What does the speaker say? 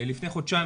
לפני חודשיים,